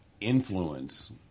influence